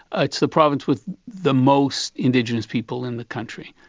ah it's the province with the most indigenous people in the country.